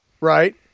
Right